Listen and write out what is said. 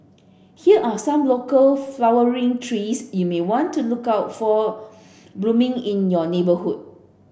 here are some local flowering trees you may want to look out for blooming in your neighbourhood